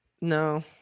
No